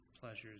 pleasures